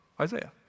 Isaiah